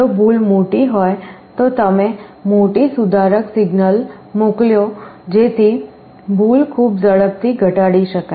જો ભૂલ મોટી હોય તો તમે મોટી સુધારક સિગ્નલ મોકલો જેથી ભૂલ ખૂબ ઝડપથી ઘટાડી શકાય